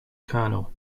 kernel